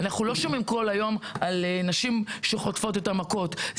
אנחנו לא שומעים כל היום על נשים שחוטפות את המכות.